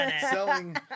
selling